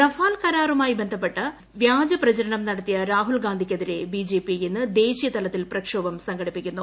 Rafale കരാറുമായി ബന്ധപ്പെട്ട് വ്യാജ പ്രചാരണം നടത്തിയ രാഹുൽഗാന്ധിയ്ക്കെതിരെ ബിജെപി ഇന്ന് ദേശീയ തലത്തിൽ പ്രക്ഷോഭം സംഘടിപ്പിക്കുന്നു